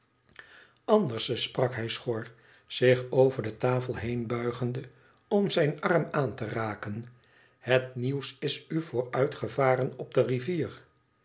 anderste sprak hij schor zich over de tafel heenbuigende om zijn arm aan te raken het nieuws is u vooruitgevaren op de rivier